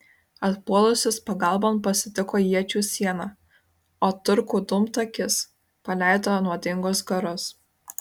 atpuolusius pagalbon pasitiko iečių siena o turkų dūmtakis paleido nuodingus garus